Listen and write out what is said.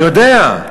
אני יודע,